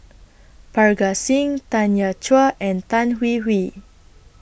Parga Singh Tanya Chua and Tan Hwee Hwee